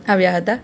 આવ્યા હતા